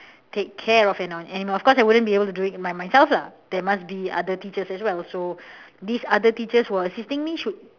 take care of an animal of course I wouldn't be able to do by myself lah there must be other teachers as well so these other teachers who are assisting me should